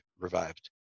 revived